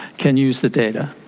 can use the data.